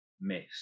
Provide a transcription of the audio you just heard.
miss